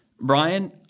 Brian